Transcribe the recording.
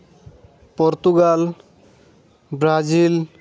Portugal Brazil